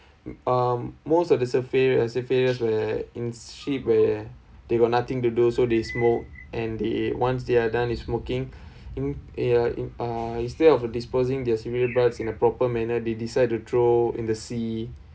um most of the where in ship where they got nothing to do so they smoke and they once they are done is smoking in a uh in uh instead of disposing their cigarette buds in a proper manner they decide to throw in the sea